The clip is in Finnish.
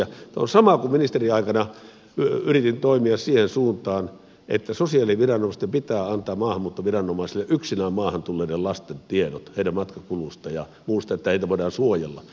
se on sama kun ministeriaikana yritin toimia siihen suuntaan että sosiaaliviranomaisten pitää antaa maahanmuuttoviranomaisille yksinään maahan tulleiden lasten tiedot heidän matkakuluistaan ja muusta että heitä voidaan suojella